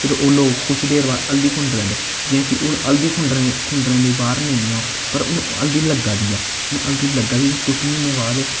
फिर ओह् लोग कुछ देर बाद हल्दी खुंडी लैंदे जि'यां कि हून हल्दी खुंडनें दा ब्हार नेईं ऐ पर हून हल्दी लग्गा दी ऐ हून हल्दी लग्गा दी हुन कुछ म्हीनैं बाद